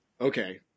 Okay